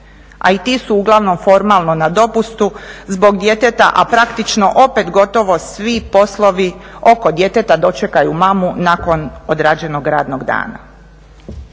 a i ti si uglavnom formalno na dopustu zbog djeteta, a praktično opet gotovo svi poslovi oko djeteta dočekaju mamu nakon odrađenog radnog dana.